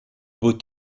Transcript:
beau